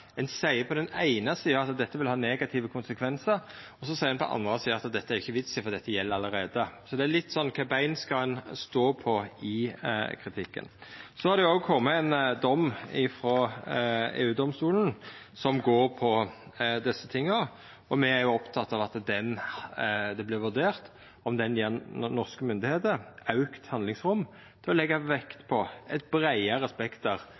ein på den eine sida seier at dette vil ha negative konsekvensar, og på den andre sida at dette er det ikkje nokon vits i, for det gjeld allereie – så det er litt sånn kva bein ein skal stå på i kritikken. Det har òg kome ein dom frå EU-domstolen som går på desse tinga. Me er opptekne av at det vert vurdert om den gjev norske myndigheiter auka handlingsrom til å leggja vekt på eit breiare spekter av omsyn ved offentlege anskaffingar. Sånn sett er